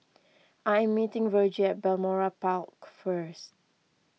I am meeting Virgie at Balmoral Park first